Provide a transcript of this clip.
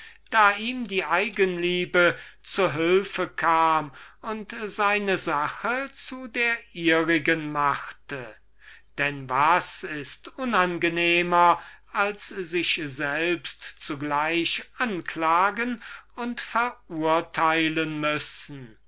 da ihm die eigenliebe zu hilfe kam und seine sache zu der ihrigen machte denn was ist unangenehmers als sich selbst zugleich anklagen und verurteilen müssen